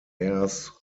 airs